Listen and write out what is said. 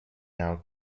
now